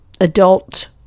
adult